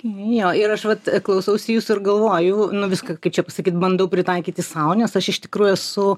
jo ir aš vat klausausi jūsų ir galvoju nu viskas kaip čia sakyti bandau pritaikyti sau nes aš iš tikrųjų esu